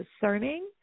discerning